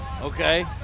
Okay